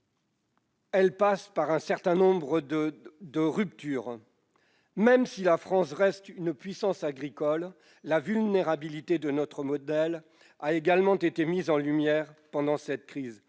plus, passe par un certain nombre de ruptures. Même si la France reste une puissance agricole, la vulnérabilité de notre modèle a également été mise en lumière pendant cette crise.